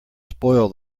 spoil